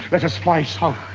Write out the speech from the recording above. let us fly south.